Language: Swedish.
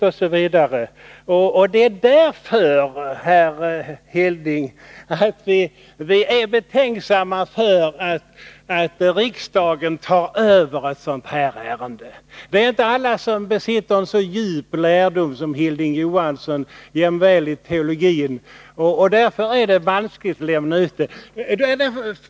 Det är därför, herr Hilding Johansson, vi är betänksamma för att riksdagen tar över ett sådant här ärende. Det är inte alla som besitter en så djup lärdom som Hilding Johansson jämväl i teologin, och därför är det vanskligt att lämna ut detta här.